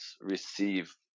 receive